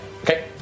okay